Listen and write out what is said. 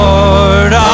Lord